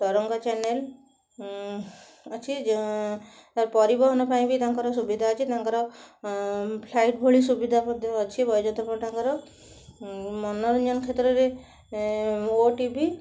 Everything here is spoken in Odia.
ତରଙ୍ଗ ଚ୍ୟାନେଲ ଉଁ ଅଛି ଯେ ପରିବହନ ପାଇଁ ବି ତାଙ୍କର ସୁବିଧା ଅଛି ତାଙ୍କର ଫ୍ଲାଇଟ୍ ଭଳି ସୁବିଧା ମଧ୍ୟ ଅଛି ବୈଜୟନ୍ତ ପଣ୍ଡାଙ୍କର ମନୋରଞ୍ଜନ କ୍ଷେତ୍ରରେ ଏଁ ଓଟିଭି